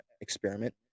experiment